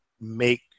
make